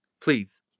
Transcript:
Please